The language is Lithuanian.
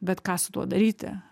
bet ką su tuo daryti